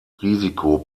risiko